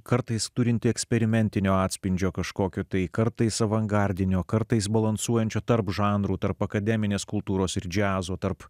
kartais turinti eksperimentinio atspindžio kažkokio tai kartais avangardinio kartais balansuojančio tarp žanrų tarp akademinės kultūros ir džiazo tarp